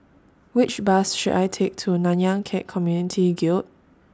Which Bus should I Take to Nanyang Khek Community Guild